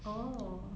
oh